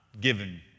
given